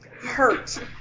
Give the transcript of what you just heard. hurt